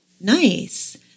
Nice